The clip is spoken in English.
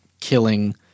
killing